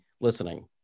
listening